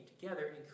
together